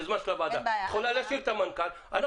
זה זמן של הוועדה -- אין בעיה.